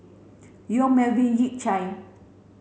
Yong Melvin Yik Chye